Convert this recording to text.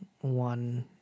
one